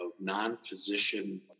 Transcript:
non-physician